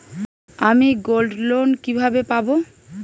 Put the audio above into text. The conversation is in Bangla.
আমি গোল্ডলোন কিভাবে পাব?